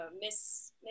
Miss